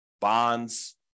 bonds